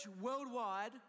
worldwide